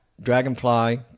dragonfly